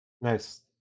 Nice